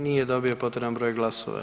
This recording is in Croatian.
Nije dobio potreban broj glasova.